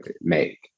make